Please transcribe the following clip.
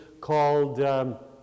called